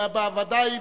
ואתה ודאי,